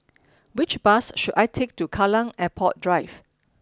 which bus should I take to Kallang Airport Drive